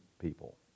people